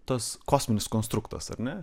tas kosminis konstruktas ar ne